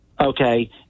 okay